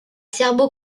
serbo